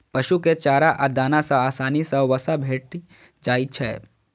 पशु कें चारा आ दाना सं आसानी सं वसा भेटि जाइ छै